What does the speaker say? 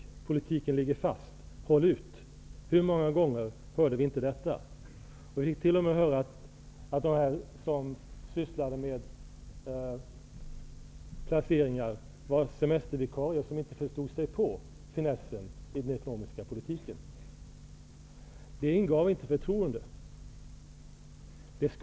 Hur många gånger fick vi inte höra att politiken ligger fast och att det gäller att hålla ut? Vi fick t.o.m. höra att personer som sysslade med penningplaceringar var semestervikarier som inte förstod sig på finessen i den ekonomiska politiken. Det ingav inte förtroende.